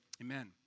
amen